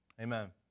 Amen